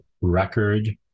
record